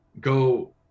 go